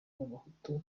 abahutu